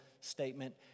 statement